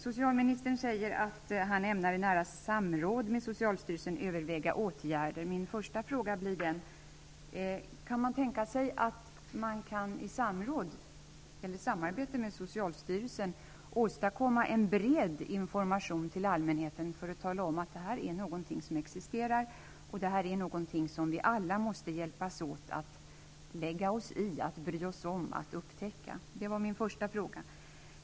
Socialministern säger att han ämnar i nära samråd med socialstyrelsen överväga åtgärder. Min första fråga till socialministern blir: Kan det tänkas att man i samarbete med socialstyrelsen försöker åstadkomma en bred information till allmänheten, där man talar om att det här är någonting som existerar och någonting som vi alla måste hjälpas åt, lägga oss i, bry oss om och försöka upptäcka.